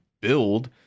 build